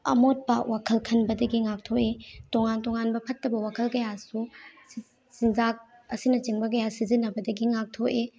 ꯑꯃꯣꯠꯄ ꯋꯥꯈꯜ ꯈꯟꯕꯗꯒꯤ ꯉꯥꯛꯊꯣꯛꯏ ꯇꯣꯉꯥꯟ ꯇꯣꯉꯥꯟꯕ ꯐꯠꯇꯕ ꯋꯥꯈꯜ ꯀꯌꯥꯁꯨ ꯆꯤꯟꯖꯥꯛ ꯑꯁꯤꯅꯆꯤꯡꯕ ꯀꯌꯥ ꯁꯤꯖꯤꯟꯅꯕꯗꯒꯤ ꯉꯥꯛꯊꯣꯛꯏ